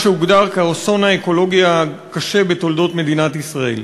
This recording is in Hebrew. שהוגדר כאסון האקולוגי הקשה בתולדות מדינת ישראל.